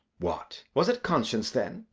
what, was it conscience then?